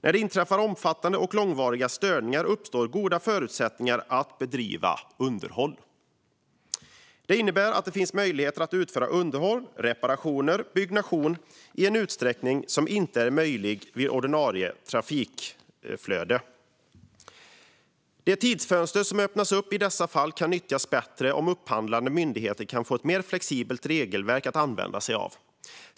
När det inträffar omfattande och långvariga störningar uppstår goda förutsättningar att bedriva underhåll. Det innebär att det finns möjligheter att utföra underhåll, reparationer och byggnation i en utsträckning som inte är möjlig vid ordinarie trafikflöde. Det tidsfönster som öppnas upp i dessa fall kan nyttjas bättre om upphandlande myndigheter kan få ett mer flexibelt regelverk att använda sig av.